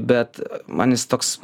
bet man jis toks